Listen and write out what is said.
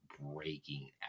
breaking